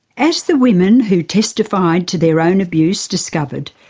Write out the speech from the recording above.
as the women who testified to their own abuse discovered,